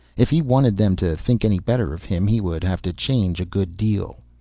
if he wanted them to think any better of him, he would have to change a good deal.